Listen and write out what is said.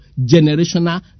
generational